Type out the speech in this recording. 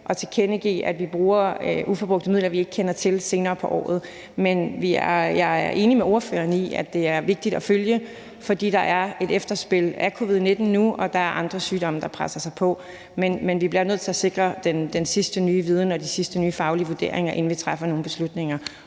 og tilkendegive, at vi bruger uforbrugte midler, vi ikke kender til, senere på året. Men jeg er enig med ordføreren i, at det er vigtigt at følge. Forder er et efterspil fra covid-19 nu, og der er andre sygdomme, der presser sig på. Men vi bliver nødt til at sikre den sidste nye viden og de sidste nye faglige vurderinger, inden vi træffer nogen beslutninger,